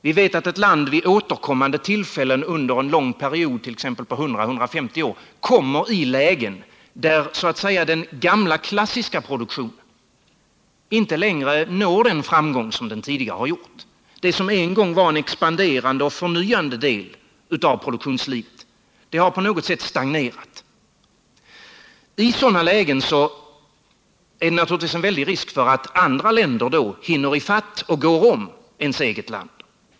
Vi vet att ett land vid återkommande tillfällen under en lång period, t.ex. 100-150 år, kommer i lägen där den gamla klassiska produktionen inte längre når den framgång som den tidigare har gjort. Det som en gång var en expanderande och förnyande del av produktionslivet har på något sätt stagnerat. I sådana lägen finns det naturligtvis stor risk för att andra länder inte bara hinner i fatt utan också går om ens eget land.